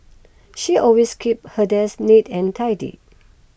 she always keeps her desk neat and tidy